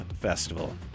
Festival